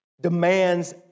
demands